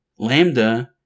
Lambda